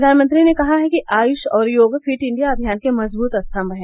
प्रधानमंत्री ने कहा है कि आयुष और योग फिट इंडिया अभियान के मजबूत स्तम्भ हैं